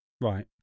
Right